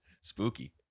Spooky